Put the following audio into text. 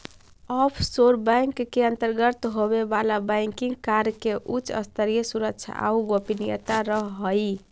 offshore bank के अंतर्गत होवे वाला बैंकिंग कार्य में उच्च स्तरीय सुरक्षा आउ गोपनीयता रहऽ हइ